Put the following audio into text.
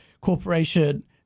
corporation